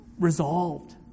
resolved